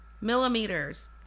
millimeters